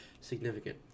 significant